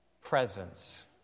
presence